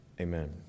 amen